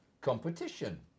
competition